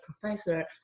professor